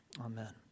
amen